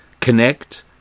Connect